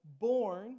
born